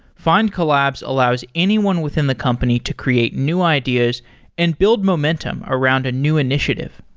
findcollabs allows anyone within the company to create new ideas and build momentum around a new initiative.